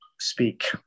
speak